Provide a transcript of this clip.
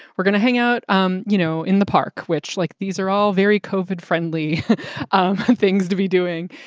we're gonna hang out, um you know, in the park, which like these are all very kofod friendly um things to be doing,